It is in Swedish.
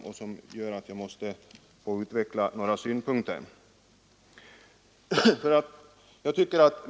Majoriteten uttrycker sig enligt min mening mycket oklart i sin skrivning.